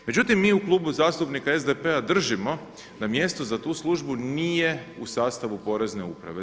Međutim, mi u Klubu zastupnika SDP-a držimo da mjesto za tu službu nije u sastavu porezne upravo.